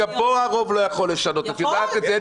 גם פה הרוב לא יכול לשנות, את יודעת את זה.